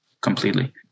completely